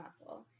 muscle